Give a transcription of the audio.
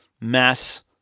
mass